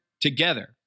together